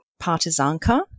Partizanka